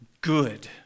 good